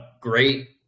great